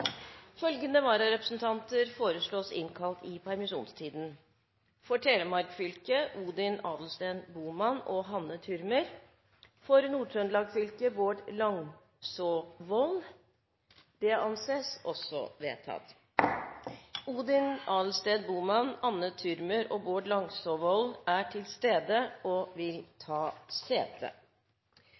Følgende vararepresentanter innkalles for å møte i permisjonstiden: For Telemark fylke: Odin Adelsten Bohmann og Hanne ThürmerFor Nord-Trøndelag fylke: Bård Langsåvold Odin Adelsten Bohmann, Hanne Thürmer og Bård Langsåvold er til stede og vil ta sete.